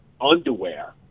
underwear